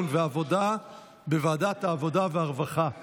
לוועדת העבודה והרווחה נתקבלה.